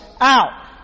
out